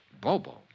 Bobo